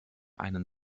einen